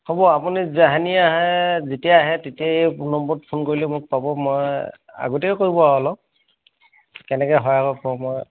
হ'ব আপুনি যেহানি আহে যেতিয়া আহে তেতিয়াই এই নম্বৰত ফোন কৰিলে মোক পাব মই আগতীয়াকৈ কৰিব আৰু অলপ কেনেকৈ হয় আকৌ প মই